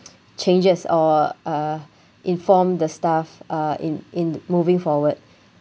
changes or uh inform the staff uh in in moving forward